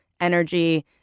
energy